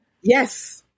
Yes